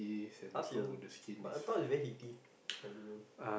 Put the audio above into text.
!huh! serious but I thought it very heaty like durian